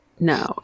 No